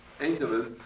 intervals